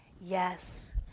Yes